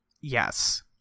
Yes